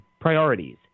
priorities